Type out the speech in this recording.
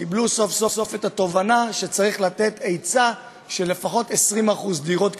קיבלו סוף-סוף את התובנה שצריך לתת היצע של לפחות 20% דירות קטנות.